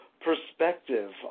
perspective